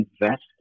invest